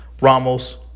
Ramos